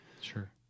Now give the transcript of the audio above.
Sure